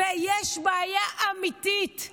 ויש בעיה אמיתית.